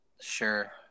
sure